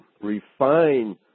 refine